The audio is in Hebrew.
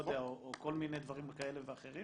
לא יודע, או כל מיני דברים כאלה ואחרים